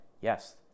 yes